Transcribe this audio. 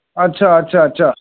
अच्छा अच्छा अच्छा